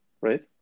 Right